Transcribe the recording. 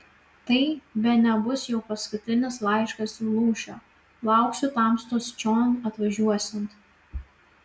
tai bene bus jau paskutinis laiškas į lūšę lauksiu tamstos čion atvažiuosiant